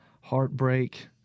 heartbreak